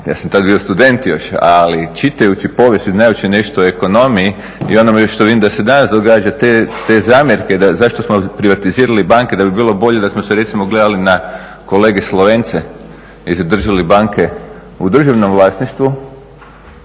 ja sam tad bio student još. Ali čitajući povijest i znajući nešto o ekonomiju i onome što vidim da se danas događa te zamjerke da zašto smo privatizirali banke, da bi bilo bolje da smo se recimo ugledali na kolege Slovence i zadržali banke u državnom vlasništvu.